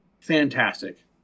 Fantastic